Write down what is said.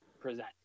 present